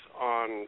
on